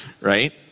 right